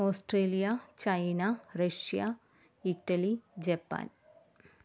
Australia China Russia Italy Japan